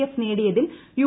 F നേടിയതിൽ U